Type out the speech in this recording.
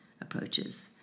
approaches